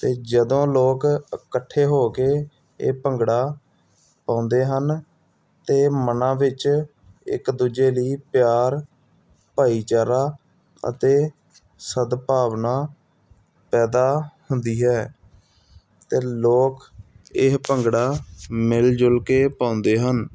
ਅਤੇ ਜਦੋਂ ਲੋਕ ਇਕੱਠੇ ਹੋ ਕੇ ਇਹ ਭੰਗੜਾ ਪਾਉਂਦੇ ਹਨ ਤਾਂ ਮਨਾਂ ਵਿੱਚ ਇੱਕ ਦੂਜੇ ਲਈ ਪਿਆਰ ਭਾਈਚਾਰਾ ਅਤੇ ਸਦਭਾਵਨਾ ਪੈਦਾ ਹੁੰਦੀ ਹੈ ਅਤੇ ਲੋਕ ਇਹ ਭੰਗੜਾ ਮਿਲ ਜੁਲ ਕੇ ਪਾਉਂਦੇ ਹਨ